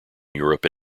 europe